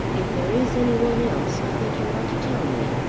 if there is any one else i think you ought to tell me,